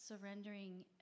surrendering